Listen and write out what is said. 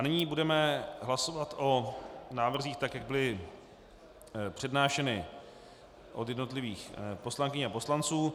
Nyní budeme hlasovat o návrzích, tak jak byly přednášeny od jednotlivých poslankyň a poslanců.